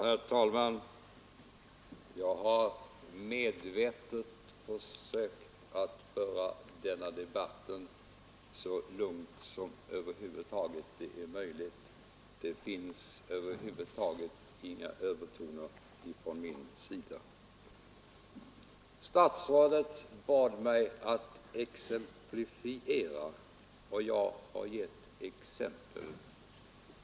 Herr talman! Jag har medvetet försökt att föra denna debatt så lugnt som det över huvud taget är möjligt — det finns inga övertoner från min sida. Statsrådet bad mig att exemplifiera, och jag har givit exempel.